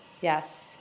Yes